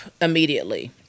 immediately